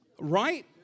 right